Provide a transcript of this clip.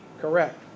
correct